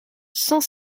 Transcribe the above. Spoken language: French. cent